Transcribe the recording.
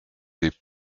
des